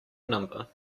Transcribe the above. number